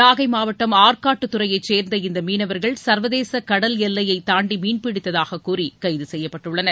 நாகை மாவட்டம் ஆற்காட்டுத்துறையை சேர்ந்த இந்த மீனவர்கள் சர்வதேச கடல் எல்லையை தாண்டி மீன்பிடித்ததாக கூறி கைது செய்யப்பட்டுள்ளனர்